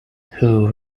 who